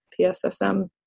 PSSM